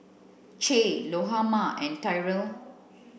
Che Lahoma and Tyrel